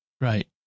right